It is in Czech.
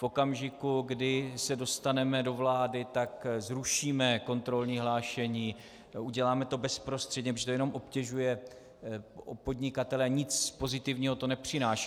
V okamžiku, kdy se dostaneme do vlády, tak zrušíme kontrolní hlášení, uděláme to bezprostředně, protože to jenom obtěžuje podnikatele, nic pozitivního to nepřináší.